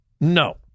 No